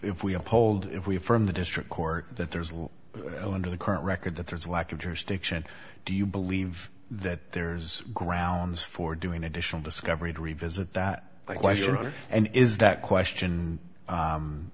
if we uphold if we affirm the district court that there's little under the current record that there's a lack of jurisdiction do you believe that there's grounds for doing additional discovery to revisit that my question and is that question